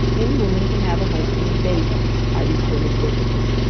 any woman can have a husband and babies, i retorted, wickedly.